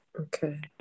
Okay